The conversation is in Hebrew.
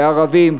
לערבים,